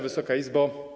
Wysoka Izbo!